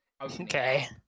okay